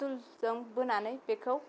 फुथुलजों बोनानै बेखौ